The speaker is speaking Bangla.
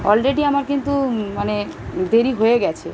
অলরেডি আমার কিন্তু মানে দেরি হয়ে গেছে